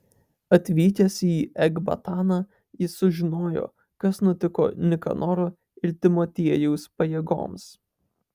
atvykęs į ekbataną jis sužinojo kas nutiko nikanoro ir timotiejaus pajėgoms